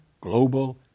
global